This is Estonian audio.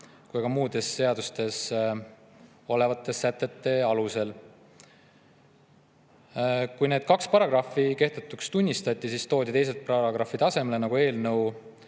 kui ka muudes seadustes olevate sätete alusel. Kui need kaks paragrahvi kehtetuks tunnistati, toodi teised paragrahvid asemele, nagu eelnõu